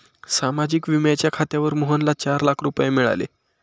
सामाजिक विम्याच्या खात्यावर मोहनला चार लाख रुपये मिळाले